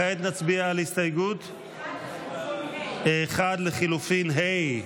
כעת נצביע על הסתייגות 1 לחלופין ה'.